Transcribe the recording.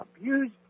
abused